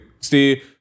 stay